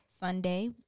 Sunday